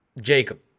jacob